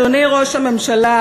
אדוני ראש הממשלה,